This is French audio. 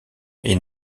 est